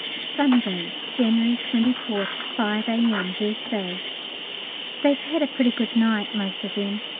sunday, january twenty fourth, five a m, versailles. they've had a pretty good night most of them.